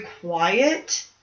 quiet